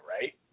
right